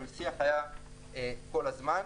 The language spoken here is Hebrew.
אבל שיח היה כל הזמן.